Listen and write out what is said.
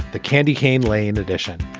the candy cane lane edition.